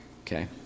okay